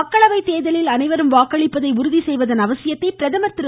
மக்களவை தேர்தலில் அனைவரும் வாக்களிப்பதை உறுதி செய்வதன் அவசியத்தை பிரதமர் திரு